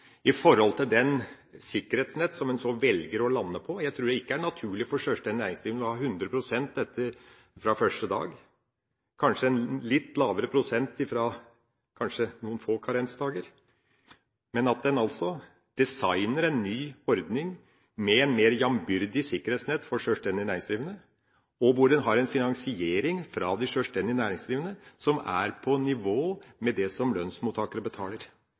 i forhold til det sikkerhetsnett som en velger å lande på. Jeg tror ikke det er naturlig for sjølstendig næringsdrivende å ha 100 pst. fra første dag, men kanskje en litt lavere prosent etter noen få karensdager, at en designer en ny ordning med et mer jambyrdig sikkerhetsnett for sjølstendig næringsdrivende, hvor en har en finansiering fra de sjølstendig næringsdrivende som er på nivå med det som lønnsmottakere betaler.